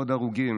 עוד הרוגים